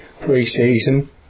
pre-season